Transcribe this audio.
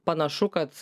panašu kad